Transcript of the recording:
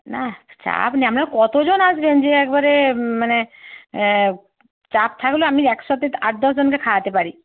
না চাপ নেই আমনারা কতজন আসবেন যে একবারে মানে চাপ থাকলেও আমি একসাথে আট দশজনকে খাওয়াতে পারি